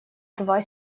два